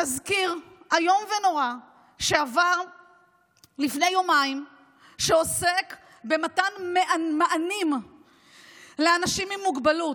תזכיר איום ונורא עבר לפני יומיים עוסק במתן מענים לאנשים עם מוגבלות.